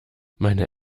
meine